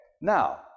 now